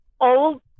old